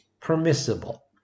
permissible